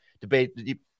debate